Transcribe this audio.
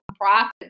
profit